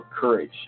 courage